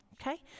Okay